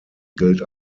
gilt